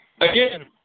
Again